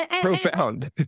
Profound